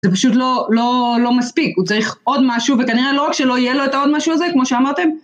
זה פשוט לא...לא...לא מספיק, הוא צריך עוד משהו, וכנראה לא רק שלא יהיה לו את העוד משהו הזה, כמו שאמרתם,